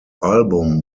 album